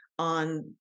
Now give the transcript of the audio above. on